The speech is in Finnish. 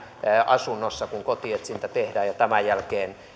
asunnossa kun kotietsintä tehdään ja tämän jälkeen